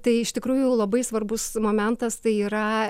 tai iš tikrųjų labai svarbus momentas tai yra